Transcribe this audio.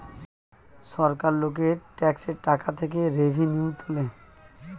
সরকার লোকের ট্যাক্সের টাকা থেকে রেভিনিউ তোলে